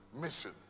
mission